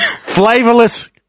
Flavorless